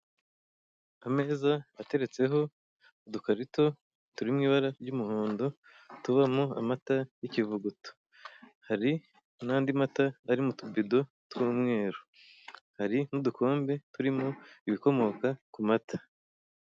Ameza ateretseho udukarito turi mu ibara ry'umuhondo, tubamo amata y'ikivuguto. Hari n'andi mata ari mu tubido tw'umweru. Hari n'udukombe turimo ibikomoka ku mata.